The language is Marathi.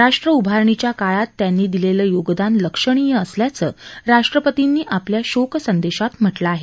राष्ट्र उभारणीच्या काळात त्यांनी दिलेलं योगदान लक्षणीय असल्याचं राष्ट्रपतींनी आपल्या शोकसंदेशात म्हटलं आहे